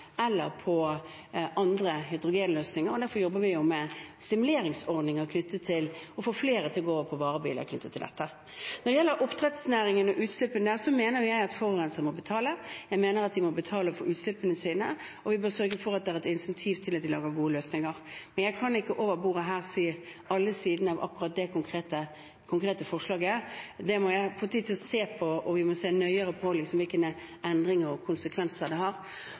eller på andre løsninger, hydrogenløsninger, og derfor jobber vi med stimuleringsordninger for å få flere til å gå over på varebiler med dette. Når det gjelder oppdrettsnæringen og utslippene der, mener jeg at forurenserne må betale. Jeg mener at de må betale for utslippene sine, og vi må sørge for at det er et incentiv til at de lager gode løsninger. Men jeg kan ikke over bordet her si noe om alle sidene av akkurat det konkrete forslaget. Det må jeg få tid til å se på, og vi må se nøyere på hvilke endringer og konsekvenser det